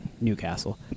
Newcastle